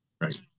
Right